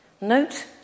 note